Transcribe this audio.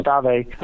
Stave